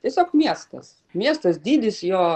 tiesiog miestas miestas dydis jo